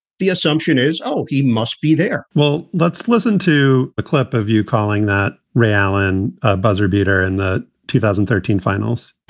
the assumption is, oh, he must be there well, let's listen to a clip of you calling that rallen buzzer beater in the two thousand and thirteen finals.